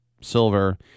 silver